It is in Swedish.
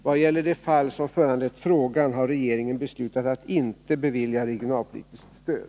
Vad gäller det fall som föranlett frågan har regeringen beslutat att inte bevilja regionalpolitiskt stöd.